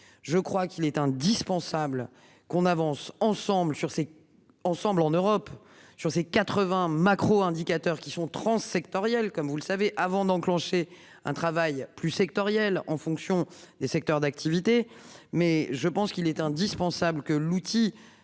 Je crois qu'il est indispensable qu'on avance ensemble sur ces ensemble en Europe. Sur ces 80 macro-indicateurs qui sont transe sectorielles comme vous le savez avant d'enclencher un travail plus sectorielle en fonction des secteurs d'activité, mais je pense qu'il est indispensable que l'outil